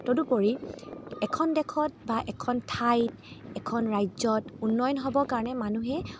তদুপৰি এখন দেশত বা এখন ঠাইত এখন ৰাজ্যত উন্নয়ন হ'বৰ কাৰণে মানুহে